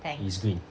it's green